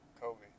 Kobe